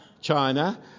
China